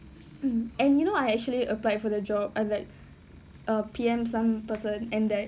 mm and you know I actually applied for the job I like uh P_M some person and like